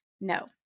No